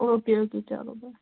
او کے okay چلو بیٚہہ